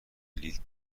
بلیت